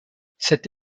cette